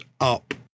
up